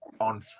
on